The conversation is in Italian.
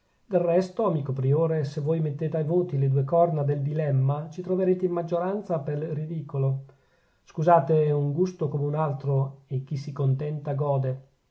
del resto amico priore se voi mettete a voti le due corna del dilemma ci troverete in maggioranza pel ridicolo scusate è un gusto come un altro e chi si contenta gode